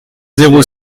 zéro